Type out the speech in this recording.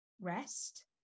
rest